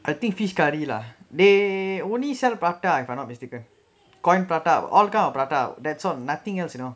I think fish curry lah they only sell prata if I'm not wrong coin prata all kind of prata that's all nothing else you know